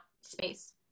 space